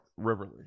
Riverly